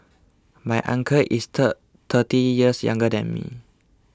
my uncle is thirty years younger than me